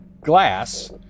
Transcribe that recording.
glass